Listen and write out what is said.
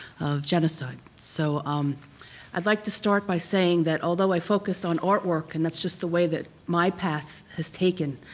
of genocide. so um i'd like to start by saying that although i focus on artwork, and just the way that my path has taken,